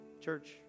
church